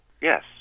Yes